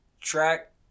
track